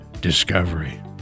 discovery